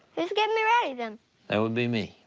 who's getting me ready then? that would be me.